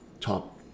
top